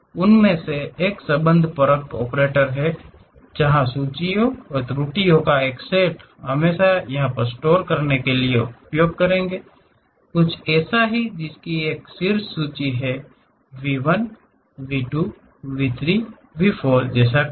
उनमें से एक संबंधपरक ऑपरेटर है जहां सूचियों और त्रुटियों का एक सेट हम इसे स्टोर करने के लिए उपयोग करेंगे कुछ ऐसा है जिसकी कि शीर्ष सूची क्या है V 1 V 2 V 3 V 4 जैसे कुछ